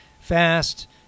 fast